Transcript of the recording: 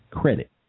credit